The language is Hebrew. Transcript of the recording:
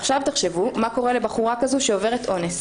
עכשיו, תחשבו מה קורה לבחורה כזו שעוברת אונס.